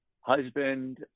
husband